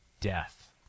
death